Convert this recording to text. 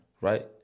Right